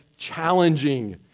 challenging